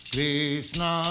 Krishna